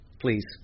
Please